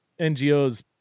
NGOs